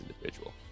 individual